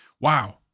Wow